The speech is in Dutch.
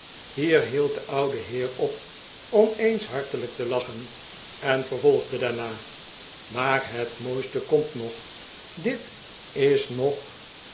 hier hield de oude heer op om eens hartelijk te lachen en vervolgde daarna maar het mooiste komt nog dit is nog